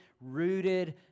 rooted